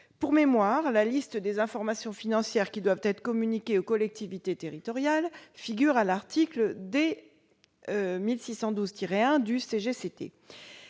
Pour mémoire, la liste des informations financières qui doivent être communiquées aux collectivités territoriales figure à l'article D. 1612-1 du code